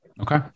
Okay